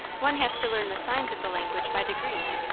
one has to learn the signs of the language by degrees,